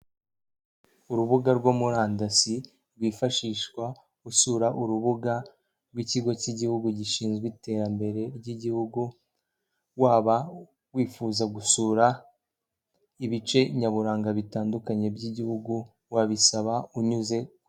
Urubuga rwo murandasi, rwifashishwa usura urubuga rw'ikigo cy'igihugu gishinzwe iterambere ry'igihugu, waba wifuza gusura ibice nyaburanga bitandukanye by'igihugu wabisaba unyuze...